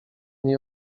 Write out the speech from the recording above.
niej